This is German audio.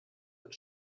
wird